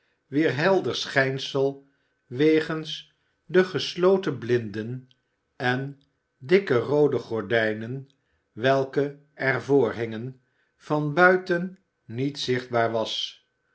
wier helder schijnsel wegens de gesloten blinden en dikke roode gordijnen welke er voor hingen van buiten niet zichtbaar was